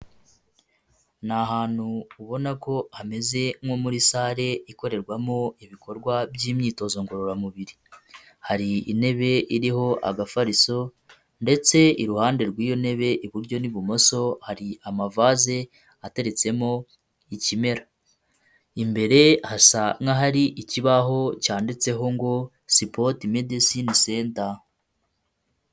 Ni ahantu ubona ko hameze nko muri salle ikorerwamo ibikorwa by'imyitozo ngororamubiri. Hari intebe iriho agafariso, ndetse iruhande rw'iyo ntebe iburyo n'ibumoso hari amavase ateretsemo ikimera. Imbere hasa nk'ahari ikibaho cyanditseho ngo" sipotis medisine senta".